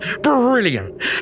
Brilliant